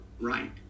right